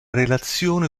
relazione